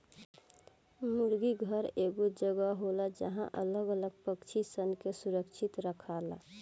मुर्गी घर एगो जगह होला जहां अलग अलग पक्षी सन के सुरक्षित रखाला